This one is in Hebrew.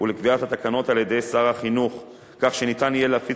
ולקביעת התקנות על-ידי שר החינוך כך שניתן יהיה להפיץ